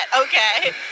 Okay